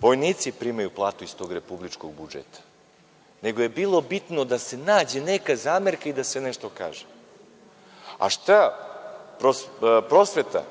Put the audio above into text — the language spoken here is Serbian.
vojnici primaju platu iz tog republičkog budžeta? Nego je bilo bitno da se nađe neka zamerka i da se nešto kaže. Prosveta,